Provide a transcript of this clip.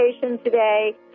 today